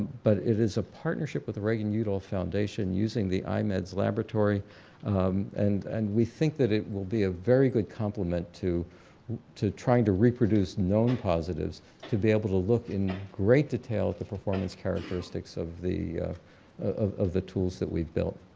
but it is a partnership with reagan-udall foundation using the imeds laboratory um and and we think that it will be a very good compliment to to trying to reproduce known positives to be able to look in great detail at the performance characteristics of the of of the tools that we've built,